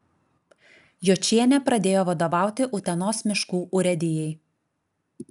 jočienė pradėjo vadovauti utenos miškų urėdijai